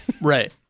Right